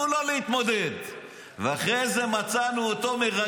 בג"ץ לא פוסל ערבים.